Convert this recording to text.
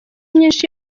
nyinshi